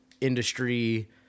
industry